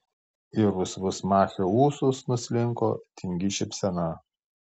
į rusvus machio ūsus nuslinko tingi šypsena